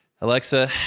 Alexa